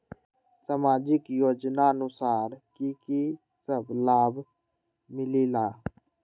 समाजिक योजनानुसार कि कि सब लाब मिलीला?